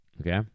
Okay